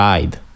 Ride